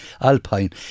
Alpine